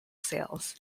sales